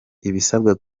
ibisabwa